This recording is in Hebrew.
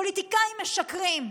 פוליטיקאים משקרים.